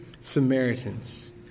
Samaritans